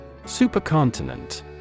Supercontinent